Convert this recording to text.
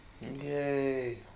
Yay